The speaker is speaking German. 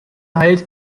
halt